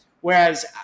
Whereas